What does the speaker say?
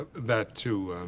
that too,